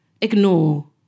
ignore